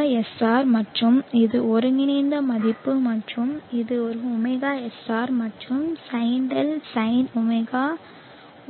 ωSR மற்றும் இது ஒருங்கிணைந்த மதிப்பு மற்றும் இது ஒரு ωSR மற்றும் sinδ sin φ